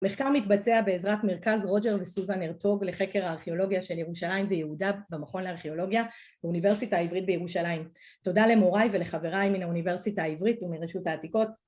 המחקר מתבצע בעזרת מרכז רוג'ר וסוזן ארטוג לחקר הארכיאולוגיה של ירושלים ויהודה במכון הארכיאולוגיה באוניברסיטה העברית בירושלים תודה למוריי ולחבריי מן האוניברסיטה העברית ומרשות העתיקות